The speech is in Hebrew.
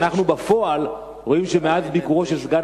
בפועל אנחנו רואים שמאז ביקורו של סגן